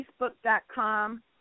Facebook.com